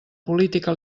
política